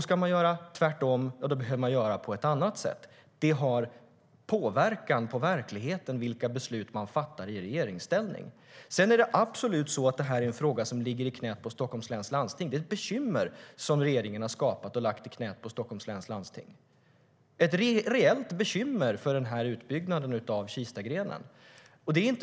Ska man göra tvärtom behöver man göra på ett annat sätt. Det påverkar verkligheten vilka beslut man fattar i regeringsställning. Det är absolut så att det här är en fråga som ligger i knät på Stockholms läns landsting. Det är ett bekymmer som regeringen har skapat och lagt i knät på Stockholms läns landsting, ett reellt bekymmer för utbyggnaden av Kistagrenen.